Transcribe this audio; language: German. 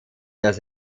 dass